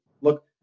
look